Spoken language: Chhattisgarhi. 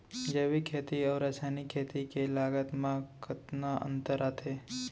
जैविक खेती अऊ रसायनिक खेती के लागत मा कतना अंतर आथे?